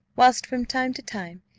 whilst, from time to time,